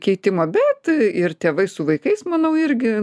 keitimo bet ir tėvai su vaikais manau irgi